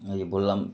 এই যে বললাম